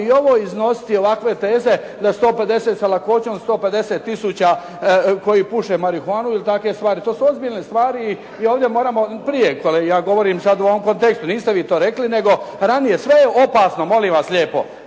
i ovo iznositi ovakve teze da 150 sa lakoćom, 150000 koji puše marihuanu ili takve stvari. To su ozbiljne stvari i ovdje moramo prije, ja govorim sad u ovom kontekstu. Niste vi to rekli, nego ranije sve je opasno, molim vas lijepo.